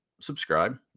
subscribe